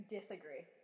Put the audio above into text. Disagree